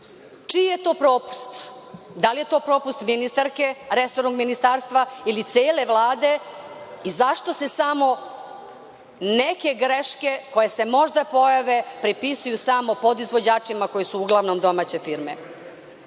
Čiji je to propust? Da li je to propust ministarke, resornog ministarstva ili cele Vlade i zašto se samo neke greške koje se možda pojave prepisuju samo podizvođačima koji su uglavnom domaće firme?